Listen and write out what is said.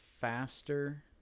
faster